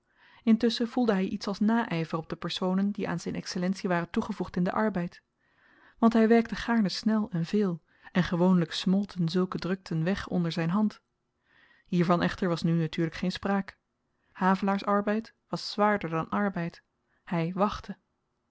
intusschen voelde hy iets als nayver op de personen die aan zyn excellentie waren toegevoegd in den arbeid want hy werkte gaarne snel en veel en gewoonlyk smolten zulke drukten weg onder zyn hand hiervan echter was nu natuurlyk geen spraak havelaars arbeid was zwaarder dan arbeid hy wachtte